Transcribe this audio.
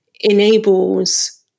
enables